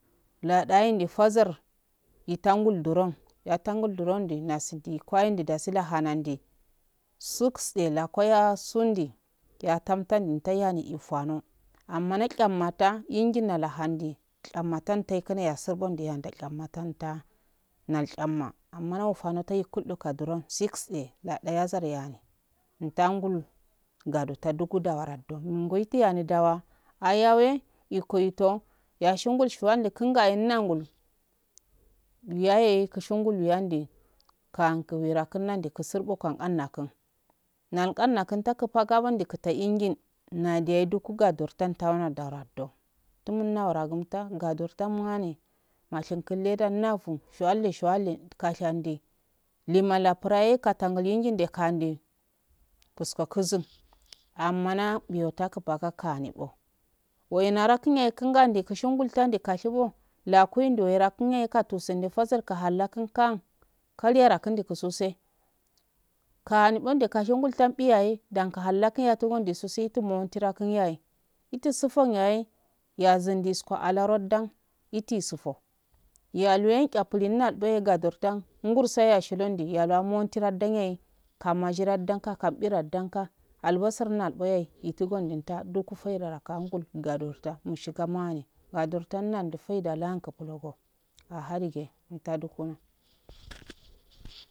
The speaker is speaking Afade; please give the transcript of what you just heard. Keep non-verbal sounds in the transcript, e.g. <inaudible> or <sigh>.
Lada hende fazar itangul duron yatan gull durondo nasidi kwaindi lasi nahanan ndi suks a lakweya sundi yatam tam tan hani ufano amma na chan matu injin na handi chamata tai kuneya surbundiya nal chan mate nal chame mota nal chama amma nai fano taikuldo kadaron six a nuda yazar yahe ntangul ngadoko dugudu warado ngoitiyahe dawa ayaw ikoito yashingu shuwalgu kuna inalgo yaye kushingul yende ka aku wira kunna nde busurboga gannakn nal gannakun takupa gadon ridikiite injil nadiyaye ndukupor tanna duwaraddo tumuna dawara gumta ngadorta mani mushif kun leda nufun shuwalle shuwalle kashandi liman lapraye tatangal iryille kande kusko kizin ammana miya taku paka kamibo wainara kun yaye kun ga kishingul ta nde kashibo lakundoye lakundaye katsunsunde fasal akalla kun kahan karyarakun kusun se kaha ni konde kashingul tambiyale dan tahalkum yahi yatudunnsu situmonti ra kunyaye itusutun yaye yazusto alaro dan iti isufo yayeluwen cha plinnaboye gadortan ungusayaye shilon di yalan montiru dan yaye ka maji ran dan ka kan bira dan ka albasar nal boyaye ifungo numdoyahe chuku feicraka audul gadorota mushigamun gadurtanna di feidama antuploko aha dige. <unintelligible> <noise>